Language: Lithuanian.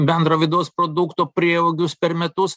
bendro vidaus produkto prieaugis per metus